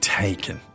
taken